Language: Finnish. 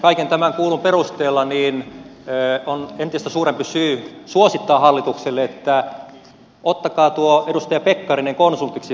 kaiken tämän kuullun perusteella on entistä suurempi syy suosittaa hallitukselle että ottakaa tuo edustaja pekkarinen konsultiksi